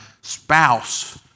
spouse